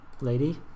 lady